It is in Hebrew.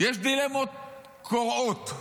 יש דילמות קורעות.